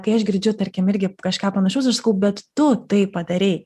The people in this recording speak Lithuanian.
kai aš girdžiu tarkim irgi kažką panašaus aš sakau bet tu tai padarei